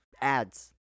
ads –